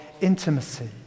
intimacy